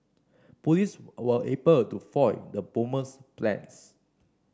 police were able to foil the bomber's plans